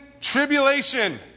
tribulation